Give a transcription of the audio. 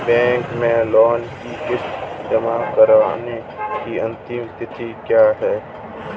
Bank में loan की किश्त जमा कराने की अंतिम तिथि क्या है?